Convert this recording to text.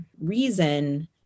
reason